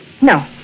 No